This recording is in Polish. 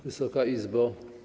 Wysoka Izbo!